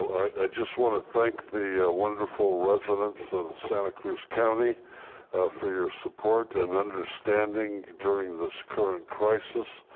i just want to thank the wonderful residents of santa cruz county for your support and understanding during this current crisis.